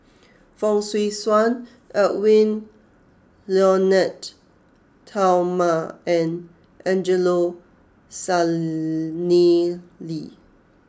Fong Swee Suan Edwy Lyonet Talma and Angelo Sanelli